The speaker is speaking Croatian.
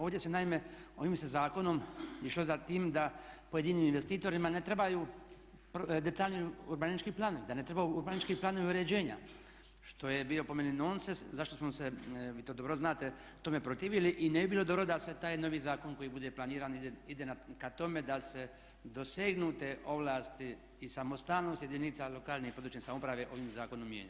Ovdje se naime, ovim se zakonom išlo za tim da pojedinim investitorima ne trebaju detaljni urbanistički planovi, da ne trebaju urbanistički planovi uređenja što je bio po meni non sens zašto smo se, vi to dobro znate tome protivili i ne bi bilo dobro da se taj novi zakon koji bude planiran ide ka tome da se dosegnu te ovlasti i samostalnost jedinica lokalne i područne samouprave ovim zakonom mijenja.